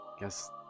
guess